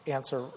answer